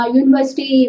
university